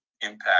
impact